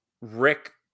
Rick